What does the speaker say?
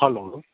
hello